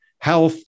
health